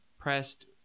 pressed